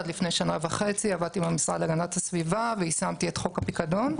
עד לפני שנה וחצי עבדתי עם המשרד להגנת הסביבה ויישמתי את חוק הפיקדון.